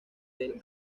den